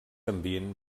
ambient